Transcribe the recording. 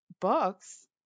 books